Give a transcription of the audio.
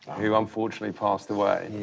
who unfortunately passed away.